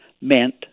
meant